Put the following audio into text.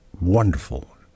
wonderful